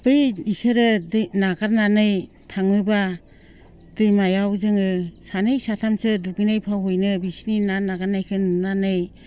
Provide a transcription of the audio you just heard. बै बिसोरो नागारनानै थाङोबा दैमायाव जोङो सानै साथामसो दुगैनाय फावैनो बिसोरनि ना नागारनायखौ नुनानै